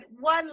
one